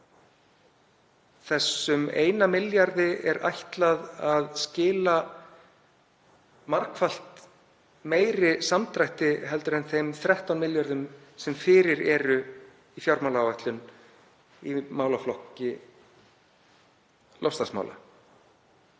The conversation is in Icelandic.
þessum 1 milljarði er ætlað að skila margfalt meiri samdrætti en þeim 13 milljörðum sem fyrir eru í fjármálaáætlun í málaflokki loftslagsmála.